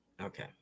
okay